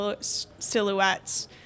silhouettes